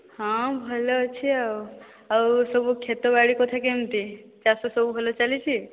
ହଁ ଭଲ ଅଛି ଆଉ ଆଉ ସବୁ ଖେତ ବାଡ଼ି କଥା କେମିତି ଚାଷ ସବୁ ଭଲ ଚାଲିଛି